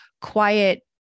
quiet